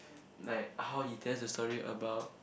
like how he test the story about